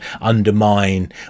undermine